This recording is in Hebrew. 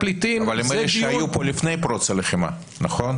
אבל הם אלה שהיו פה לפני פרוץ הלחימה, נכון?